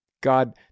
God